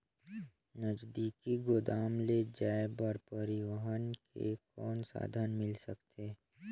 नजदीकी गोदाम ले जाय बर परिवहन के कौन साधन मिल सकथे?